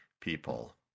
people